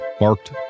marked